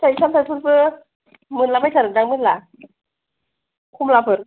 फिथाइ सामथाय फोरबो मोनलाबायथारोदां मेरला खमलाफोर